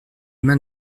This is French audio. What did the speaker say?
mains